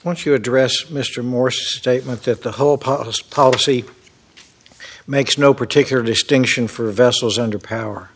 once you address mr morse statement that the whole post policy makes no particular dish diction for vessels under power